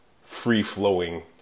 free-flowing